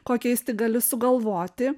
kokiais tik gali sugalvoti